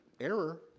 Error